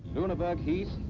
luneburg heath,